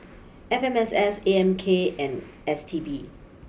F M S S A M K and S T B